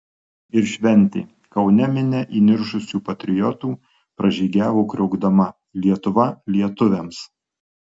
ir šventė kaune minia įniršusių patriotų pražygiavo kriokdama lietuva lietuviams